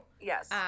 Yes